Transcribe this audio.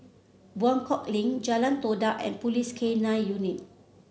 Buangkok Link Jalan Todak and Police K Nine Unit